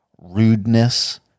rudeness